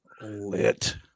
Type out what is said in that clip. lit